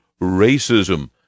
racism